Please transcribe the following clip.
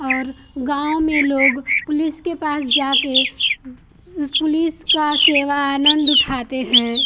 और गाँव में लोग पुलिस के पास जाके इस पुलिस का सेवा आनंद उठाते हैं